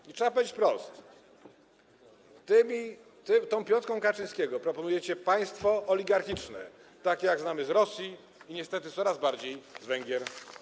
I trzeba powiedzieć wprost: tą piątką Kaczyńskiego proponujecie państwo oligarchiczne, takie jakie znamy z Rosji i niestety coraz bardziej z Węgier.